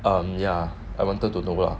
um ya I wanted to know lah